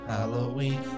Halloween